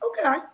Okay